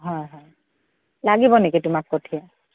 হয় হয় লাগিব নেকি তোমাক কঠীয়া